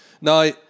Now